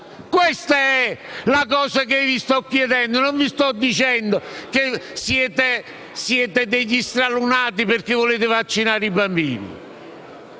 Questo è ciò che vi sto chiedendo e non sto dicendo che siete stralunati perché volete vaccinare i bambini.